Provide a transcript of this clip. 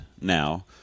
now